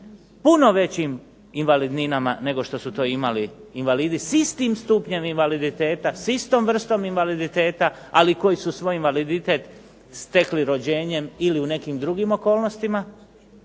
puno većim invalidninama nego što su to imali invalidi s istim stupnjem invaliditeta, s istom vrstom invaliditeta, ali koji su svoj invaliditet stekli rođenjem ili u nekim drugim okolnostima,